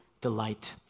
delight